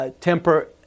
temper